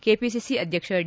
KPCC ಅಧ್ವಕ್ಷ D